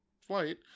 flight